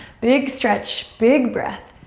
big stretch, big breath.